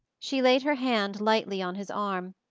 she laid her hand lightly on his arm,